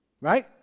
right